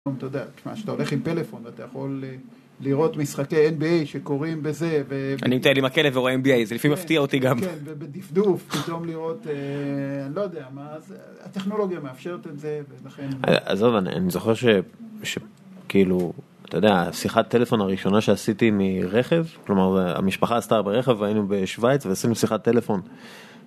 אתה יודע תשמע כשאתה הולך עם טלפון אתה יכול לראות משחקי NBA שקורים בזה. אני מטייל עם הכלב ורואה NBA זה לפעמים מפתיע אותי גם. ובדפדוף פתאום לראות לא יודע מה זה הטכנולוגיה מאפשרת את זה ולכן. עזוב אני זוכר שכאילו אתה יודע שיחת טלפון הראשונה שעשיתי מרכב, כלומר המשפחה עשתה ברכב היינו בשוויץ ועשינו שיחת טלפון